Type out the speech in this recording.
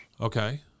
Okay